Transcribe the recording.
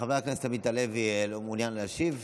חבר הכנסת עמית הלוי, לא מעוניין להשיב?